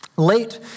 late